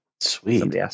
Sweet